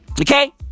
Okay